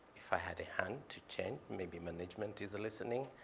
if i had a hand to change, maybe management is listening.